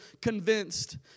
convinced